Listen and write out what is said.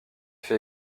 fait